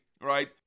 right